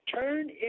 turn